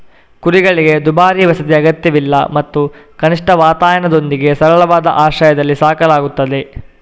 ಕುರಿಗಳಿಗೆ ದುಬಾರಿ ವಸತಿ ಅಗತ್ಯವಿಲ್ಲ ಮತ್ತು ಕನಿಷ್ಠ ವಾತಾಯನದೊಂದಿಗೆ ಸರಳವಾದ ಆಶ್ರಯದಲ್ಲಿ ಸಾಕಲಾಗುತ್ತದೆ